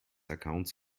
accounts